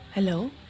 Hello